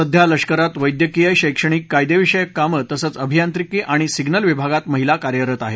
सध्या लष्करात वैद्यकीय शैक्षणिक कायदेविषयक कामं तसंच अभियांत्रिकी आणि सिग्नल विभागात महिला कार्यरत आहेत